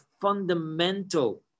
fundamental